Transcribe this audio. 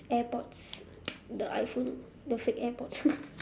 airpods the iphone the fake airpods